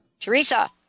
Teresa